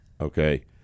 Okay